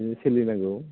बिदिनो सोलिनांगौ